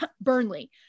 Burnley